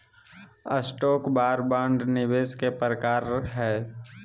stock आर bond निवेश के प्रकार हय